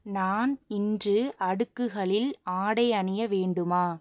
நான் இன்று அடுக்குகளில் ஆடை அணிய வேண்டுமா